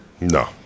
No